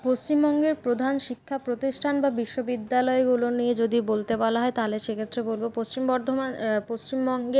পশ্চিমবঙ্গের প্রধান শিক্ষা প্রতিষ্ঠান বা বিদ্যালয়গুলো নিয়ে যখন যদি বলতে বলা হয় তাহলে সেক্ষেত্রে বলব পশ্চিম বর্ধমান পশ্চিমবঙ্গের